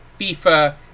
FIFA